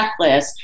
checklist